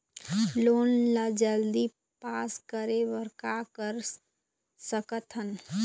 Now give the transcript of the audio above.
Loan ला जल्दी pass करे बर का कर सकथन?